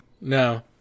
No